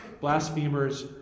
blasphemers